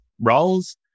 roles